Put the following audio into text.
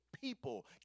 people